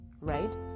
right